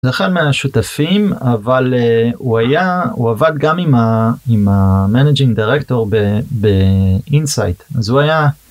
אחד מהשותפים אבל הוא עבד גם עם המנג'ינג דירקטור באינסייט אז הוא היה.